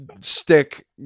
stick